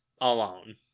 alone